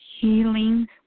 Healing